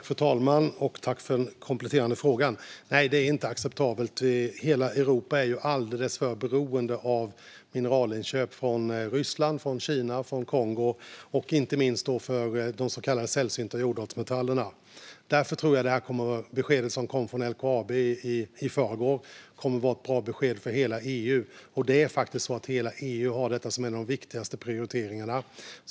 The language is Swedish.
Fru talman! Tack för den kompletterande frågeställningen, Elisabeth Björnsdotter Rahm! Nej, det är inte acceptabelt. Hela Europa är alldeles för beroende av mineralinköp från Ryssland, Kina och Kongo, inte minst av de så kallade sällsynta jordartsmetallerna. Därför tror jag att det här beskedet som kom från LKAB i förrgår kommer att vara ett bra besked för hela EU. Det är faktiskt så att EU har detta som en av de viktigaste prioriteringarna.